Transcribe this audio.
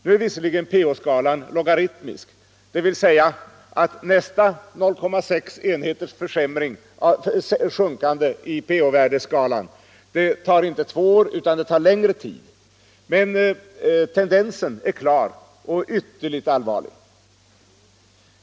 Nu är visserligen pH-skalan logaritmisk, dvs. nästa 0,6 enheters sjunkande i pH-skalan tar inte två år utan längre tid. Men tendensen är klar och ytterligt allvarlig.